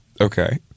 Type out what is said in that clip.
Okay